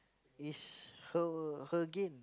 is her her gain